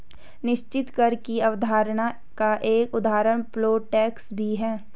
निश्चित कर की अवधारणा का एक उदाहरण पोल टैक्स भी है